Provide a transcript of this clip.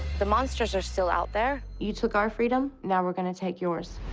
the monsters are still out there. you took our freedom. now we're gonna take yours.